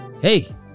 Hey